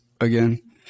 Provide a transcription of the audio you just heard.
again